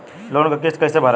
Loan क किस्त कैसे भरल जाए?